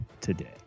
today